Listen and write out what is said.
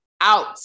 out